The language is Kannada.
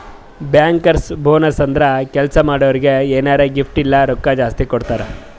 ಬ್ಯಾಂಕರ್ಸ್ ಬೋನಸ್ ಅಂದುರ್ ಕೆಲ್ಸಾ ಮಾಡೋರಿಗ್ ಎನಾರೇ ಗಿಫ್ಟ್ ಇಲ್ಲ ರೊಕ್ಕಾ ಜಾಸ್ತಿ ಕೊಡ್ತಾರ್